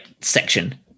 section